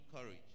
courage